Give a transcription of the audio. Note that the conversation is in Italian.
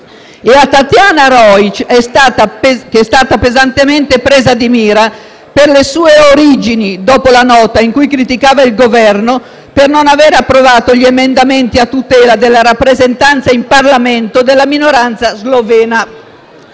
E Tatiana Rojc è stata pesantemente presa di mira per le sue origini, dopo la nota in cui criticava il Governo per non avere approvato gli emendamenti a tutela della rappresentanza in Parlamento della minoranza slovena.